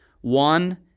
One